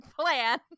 plan